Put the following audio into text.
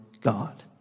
God